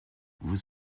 vous